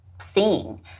seeing